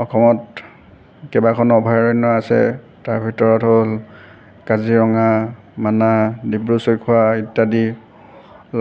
অসমত কেইবাখনো অভয়াৰণ্য আছে তাৰ ভিতৰত হ'ল কাজিৰঙা মানাহ ডিব্ৰু চৈখোৱা ইত্যাদি